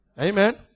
Amen